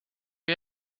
you